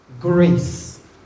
grace